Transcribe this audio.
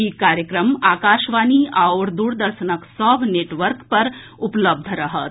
ई कार्यक्रम आकाशवाणी आओर दूरदर्शनक सभ नेटवर्क पर उपलब्ध रहत